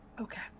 Okay